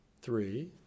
three